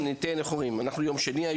היום יום שני.